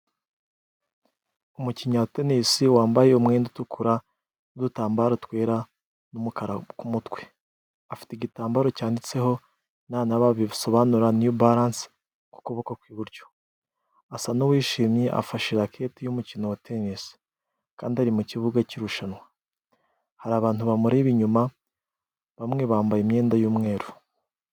Umukinnyi wa tenisi wambaye umwenda utukura n'udutambaro twera n'umukara ku mutwe, afite igitambaro cyanditseho nana bisobanura niyu baranse ku kuboko kw'iburyo, asa n'uwishimye afashe rakete y'umukino wa tenisi, kandi ari mu kibuga cy'irushanwa, hari abantu bamureba inyuma bamwe bambaye imyenda y'umweru.